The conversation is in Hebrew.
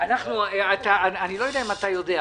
ישראל -- אני לא יודע אם אתה יודע,